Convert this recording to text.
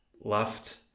left